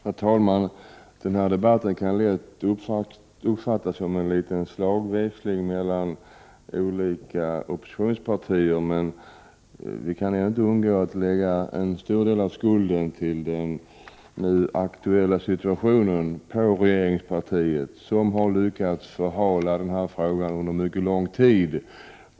Herr talman! Den här debatten kan lätt uppfattas som en liten slagväxling mellan olika oppositionspartier, men vi kan ändå inte undå att lägga en stor del av skulden för den nu aktuella situationen på regeringspartiet som har lyckats förhala denna fråga under mycket lång tid.